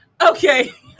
okay